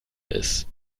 ist